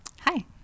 hi